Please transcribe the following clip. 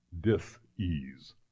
dis-ease